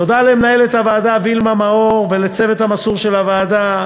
תודה למנהלת הוועדה וילמה מאור ולצוות המסור של הוועדה,